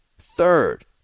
third